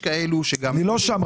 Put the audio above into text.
אני לא שם,